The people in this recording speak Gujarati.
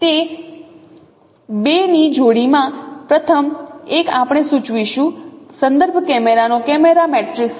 તે બે ની જોડીમાં પ્રથમ એક આપણે સૂચવીશું સંદર્ભ કેમેરાનો કેમેરા મેટ્રિક્સ